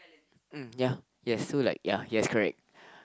mm ya yes so like ya yes correct